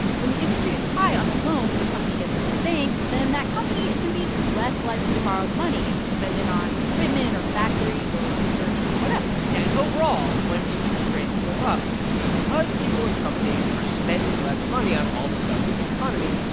when the interest rate is high on a loan that a company gets from a bank, then that company is going to be less likely to borrow the money and spend it on equipment or factories or research or whatever yeah. and overall, when interest rates go up because people and companies are spending less money on all the stuff in the economy,